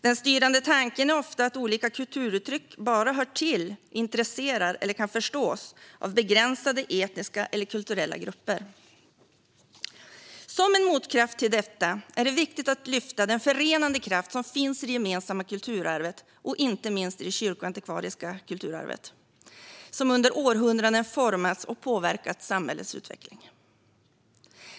Den styrande tanken är ofta att olika kulturuttryck bara hör till, intresserar eller kan förstås av begränsade etniska eller kulturella grupper. Som en motkraft till detta är det viktigt att lyfta fram den förenande kraft som finns i det gemensamma kulturarvet, inte minst i det kyrkoantikvariska kulturarvet, som under århundraden format och påverkat samhällets utveckling.